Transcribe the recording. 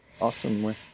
awesome